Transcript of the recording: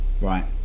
Right